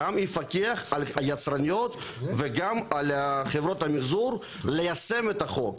גם יפקח על יצרניות וגם על חברות המחזור ליישם את החוק.